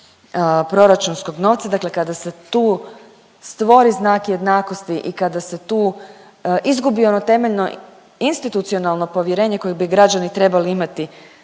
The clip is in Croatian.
proračunskog novca, dakle kada se tu stvori znak jednakosti i kada se tu izgubi ono temeljno institucionalno povjerenje koje bi građani trebali imati